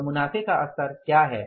और मुनाफे का स्तर क्या है